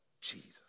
Jesus